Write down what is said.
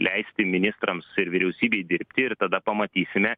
leisti ministrams ir vyriausybei dirbti ir tada pamatysime